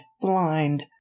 blind